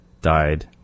died